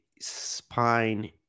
spine